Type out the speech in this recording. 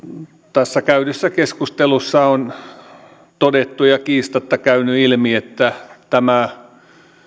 tässä käydyssä keskustelussa on todettu ja kiistatta käynyt ilmi että tämä